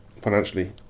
financially